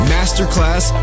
Masterclass